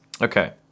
Okay